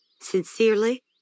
Sincerely